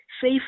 safe